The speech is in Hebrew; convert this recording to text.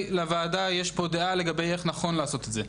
לוועדה יש פה דעה לגבי איך נכון לעשות את זה.